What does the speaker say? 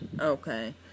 Okay